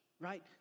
right